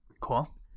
Cool